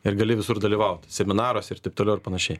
ir gali visur dalyvauti seminaruose ir taip toliau ir panašiai